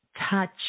touch